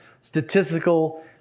statistical